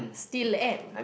still am